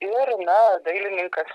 ir na dailininkas